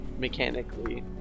mechanically